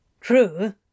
True